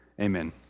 Amen